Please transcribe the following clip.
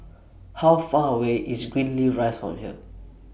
How Far away IS Greenleaf Rise from here